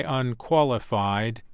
unqualified